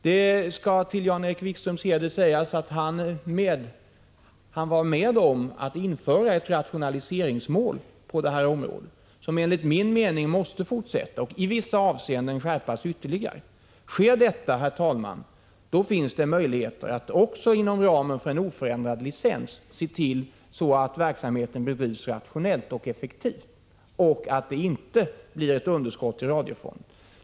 Det skall till Jan-Erik Wikströms heder sägas att han var med om att på det här området införa ett rationaliseringsmål som enligt min mening måste fortsätta att gälla och i vissa avseenden skärpas. Sker detta, herr talman, finns det möjligheter att också inom ramen för en oförändrad licens se till att verksamheten bedrivs rationellt och effektivt. Då blir det inte heller ett underskott i radiofonden.